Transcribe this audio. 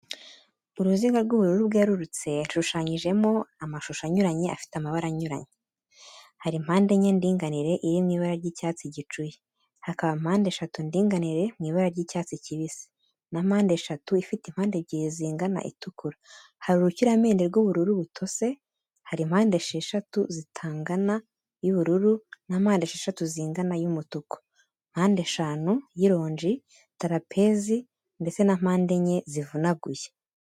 Uruziga rw'ubururu bwerurutse, rushushanyijemo amashusho anyuranye afite amabara anyuranye. Hari mpande enye ndinganire iri mu ibara ry'icyatsi gicuye, hakaba mpande eshatu ndinganire mu ibara ry'icyatsi kibisi na mpande eshatu ifite impande ebyiri zingana itukura, hari urukiramende rw'ubururu butose, hari mpande esheshatu zitangana y'ubururu na mpande esheshatu zingana y'umutuku, mpande shanu y'ironji, tarapezi ndetse na mpande enye zivunaguye.